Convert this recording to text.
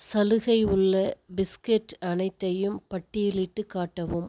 சலுகை உள்ள பிஸ்கட் அனைத்தையும் பட்டியலிட்டுக் காட்டவும்